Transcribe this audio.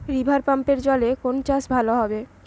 রিভারপাম্পের জলে কোন চাষ ভালো হবে?